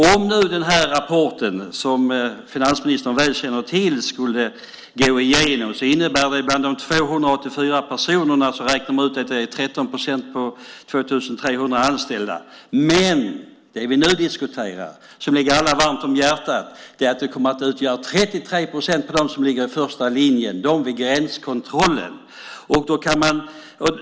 Om den rapport som finansministern väl känner till skulle gå igenom innebär det att de 284 personerna är 13 procent av 2 300 anställda. Men det vi nu diskuterar, och som ligger alla varmt om hjärtat, är att det kommer att utgöra 33 procent av dem som ligger i första linjen, de vid gränskontrollen.